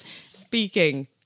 speaking